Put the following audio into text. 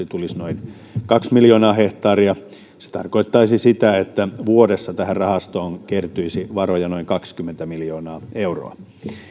tulisi noin kaksi miljoonaa hehtaaria se tarkoittaisi sitä että vuodessa tähän rahastoon kertyisi varoja noin kaksikymmentä miljoonaa euroa